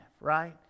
right